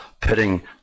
putting